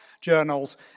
journals